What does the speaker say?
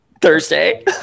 Thursday